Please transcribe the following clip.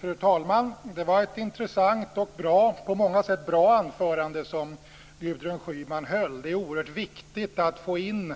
Fru talman! Det var ett intressant och på många sätt bra anförande som Gudrun Schyman höll. Det är oerhört viktigt att få in